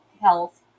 health